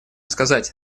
сказать